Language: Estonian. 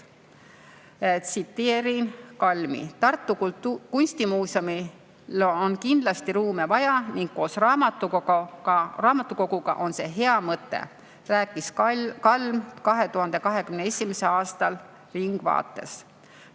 Tsiteerin Kalmi. "Tartu kunstimuuseumil on kindlasti ruume vaja ning koos raamatukoguga on see hea mõte," rääkis Kalm 2021. aastal "Ringvaates".